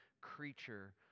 creature